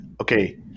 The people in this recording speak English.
okay